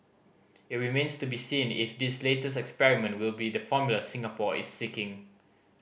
it remains to be seen if this latest experiment will be the formula Singapore is seeking